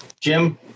jim